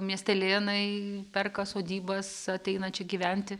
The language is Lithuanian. miestelėnai perka sodybas ateina čia gyventi